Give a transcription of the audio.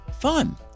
Fun